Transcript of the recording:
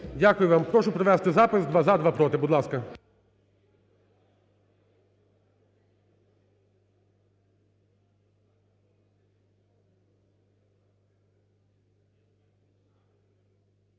Дякую вам. Прошу провести запис: два – за, два – проти. Будь ласка.